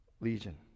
Legion